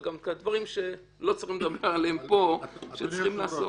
יש דברים שלא צריכים לדבר עליהם פה שצריך לעשות.